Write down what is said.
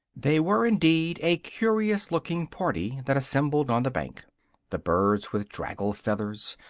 they were indeed a curious looking party that assembled on the bank the birds with draggled feathers,